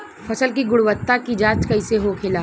फसल की गुणवत्ता की जांच कैसे होखेला?